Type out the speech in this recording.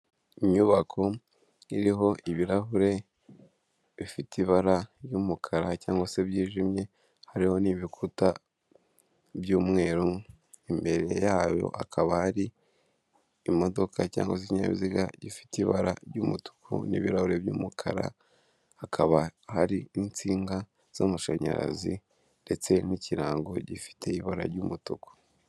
Inyubako iriho ibirahure bifite ibara ry'umukara cyangwa se byijimye hariho n'ibikuta by'umweru, imbere yayo hakaba hari imodoka cyangwa se ikinyabiziga gifite ibara ry'umutuku n'ibirahuri by'umukara, hakaba hari n'insinga z'amashanyarazi, ndetse n'ikirango gifite ibara ry'umutuku.